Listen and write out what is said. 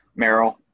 Meryl